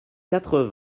quatre